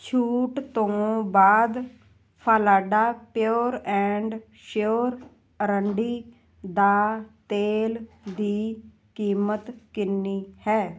ਛੂਟ ਤੋਂ ਬਾਅਦ ਫਾਲਾਡਾ ਪਿਓਰ ਐਂਡ ਸ਼ਿਓਰ ਆਰੰਡੀ ਦਾ ਤੇਲ ਦੀ ਕੀਮਤ ਕਿੰਨੀ ਹੈ